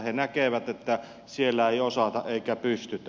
he näkevät että siellä ei osata eikä pystytä